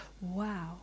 Wow